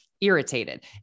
irritated